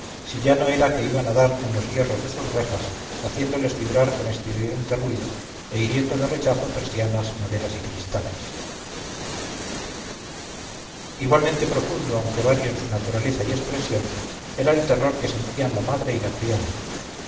si ya no era que iban a dar en los hierros de sus rejas haciéndoles vibrar con estridente ruido e hiriendo de rechazo persianas maderas y cristales igualmente profundo aunque vario en su naturaleza y expresión era el terror que sentían la madre y la criada